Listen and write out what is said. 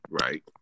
right